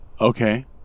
Okay